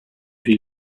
des